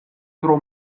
tro